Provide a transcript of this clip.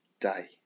day